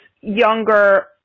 younger